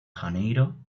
janeiro